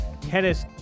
tennis